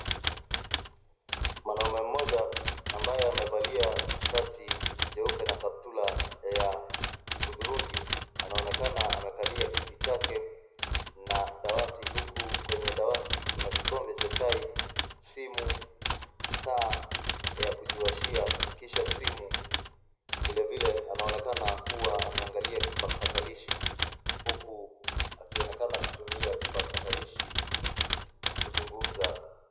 Mwanaume mmoja ambaye amevalia shati jeupe na kaptula ya hudhurungi. Anaonekana amekalia kiti chake na dawati huku kwenye dawati kuna kikombe cha chai, simu, taa ya kujiwashia kisha simu. Vilevile, anaonekana kuwa ameangalia kipakatalishi huku akionekana kutumia kipakatalishi kuzungumza.